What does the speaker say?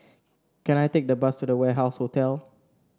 can I take the bus to The Warehouse Hotel